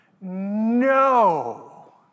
no